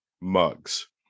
mugs